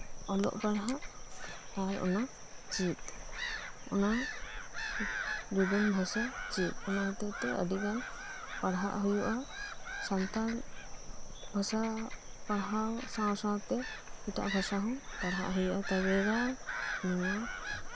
ᱚᱞᱚᱜ ᱯᱟᱲᱦᱟᱜ ᱟᱨ ᱚᱱᱟ ᱪᱤᱫ ᱚᱱᱟ ᱡᱩᱫᱟᱹᱱ ᱵᱷᱟᱥᱟ ᱪᱤᱫ ᱚᱱᱟ ᱦᱚᱛᱮᱜ ᱛᱮ ᱟᱹᱰᱤᱜᱟᱱ ᱯᱟᱲᱦᱟᱜ ᱦᱩᱭᱩᱜ ᱟ ᱥᱟᱱᱛᱟᱲ ᱵᱷᱟᱥᱟ ᱯᱟᱲᱦᱟᱣ ᱥᱟᱶ ᱥᱟᱶᱛᱮ ᱮᱴᱟᱜ ᱵᱷᱟᱥᱟ ᱦᱚᱸ ᱯᱟᱲᱦᱟᱜ ᱦᱩᱭᱩᱜ ᱟ ᱛᱚᱵᱮᱜᱟᱱ ᱱᱚᱣᱟ